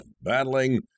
battling